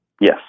Yes